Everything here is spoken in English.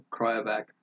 cryovac